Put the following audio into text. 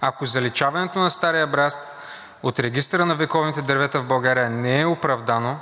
Ако заличаването на „Стария бряст“ от Регистъра на вековните дървета в България не е оправдано,